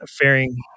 fairing